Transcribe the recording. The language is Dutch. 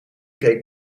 keek